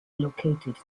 located